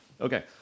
okay